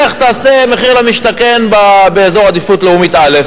לך תעשה מחיר למשתכן באזור עדיפות לאומית א',